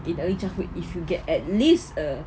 in early childhood if you get at least a